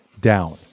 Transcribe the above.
down